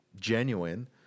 genuine